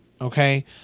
Okay